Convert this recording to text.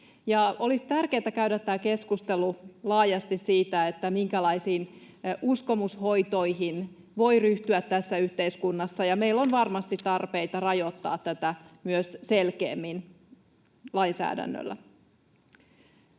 Olisi tärkeätä käydä tämä keskustelu laajasti siitä, minkälaisiin uskomushoitoihin voi ryhtyä tässä yhteiskunnassa, ja meillä on varmasti tarpeita rajoittaa tätä myös selkeämmin lainsäädännöllä.